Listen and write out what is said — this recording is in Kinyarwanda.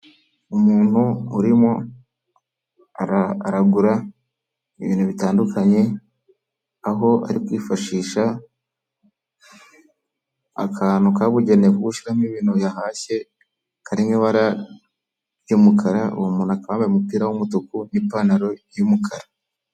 Umuntu urimo aragura ibintu bitandukanye aho ari kwifashisha akantu kabugenewe gushimo ibintu yahashye karimo ibara ry'umukara uwo muntu akambaye umupira w'umutuku n n'ipantaro y'umukara.